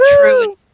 true